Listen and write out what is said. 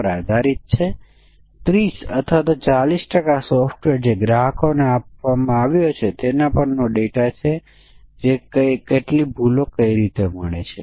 ફક્ત છેલ્લા મૂલ્યની અવગણના કરવામાં આવે છે અથવા તેણે નવી શરૂઆત કરવી પડશે